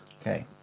Okay